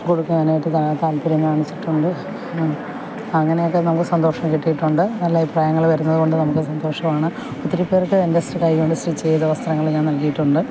കൊടുക്കാനായിട്ട് താല്പര്യം കാണിച്ചിട്ടുണ്ട് പിന്നെ അങ്ങനെയൊക്കെ നമുക്ക് സന്തോഷം കിട്ടിയിട്ടുണ്ട് നല്ല അഭിപ്രായങ്ങൾ വരുന്നത് കൊണ്ട് നമുക്ക് സന്തോഷമാണ് ഒത്തിരി പേര്ക്ക് എന്റെ കൈ കൊണ്ട് സ്റ്റിച്ച് ചെയ്ത വസ്ത്രങ്ങൾ ഞാന് നല്കിയിട്ടുണ്ട്